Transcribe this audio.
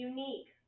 Unique